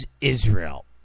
Israel